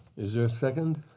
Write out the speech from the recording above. is there a second?